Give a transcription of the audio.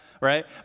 right